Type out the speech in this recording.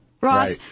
Ross